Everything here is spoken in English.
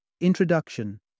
Introduction